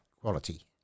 quality